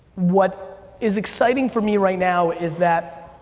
what is exciting for me right now is that